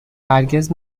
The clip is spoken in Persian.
هرگز